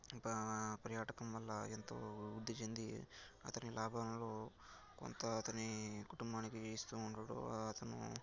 ప పర్యాటకం వల్ల ఎంతో వృద్ధి చెంది అతని లాభాలలో కొంత అతని కుటుంబానికి ఇస్తూ ఉంటాడు అతను